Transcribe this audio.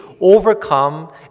overcome